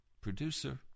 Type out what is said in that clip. Producer